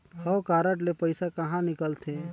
हव कारड ले पइसा कहा निकलथे?